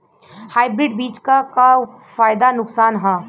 Hybrid बीज क का फायदा नुकसान ह?